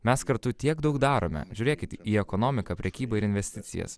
mes kartu tiek daug darome žiūrėkit į ekonomiką prekybą ir investicijas